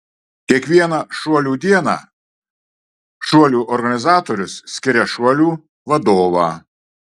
kiekvieną šuolių dieną šuolių organizatorius skiria šuolių vadovą